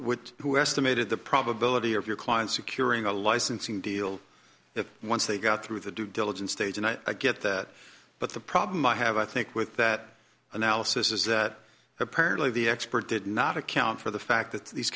would who estimated the probability of your client securing a licensing deal that once they go through the due diligence stage and i get that but the problem i have i think with that analysis is that apparently the expert did not account for the fact that these